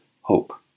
hope